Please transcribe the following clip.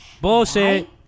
Bullshit